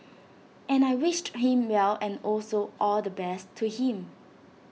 and I wished him well and also all the best to him